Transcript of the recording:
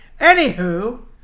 Anywho